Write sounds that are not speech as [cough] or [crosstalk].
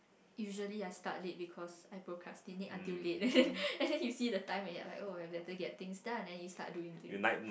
usually I start late because I procrastinate until late [laughs] and then you see the time and you're like oh I better get things done and I used to study thing